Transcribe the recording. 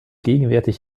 gegenwärtig